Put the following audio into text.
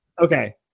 Okay